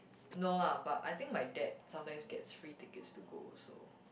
no lah but I think my dad sometimes get free ticket to go also